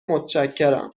متشکرم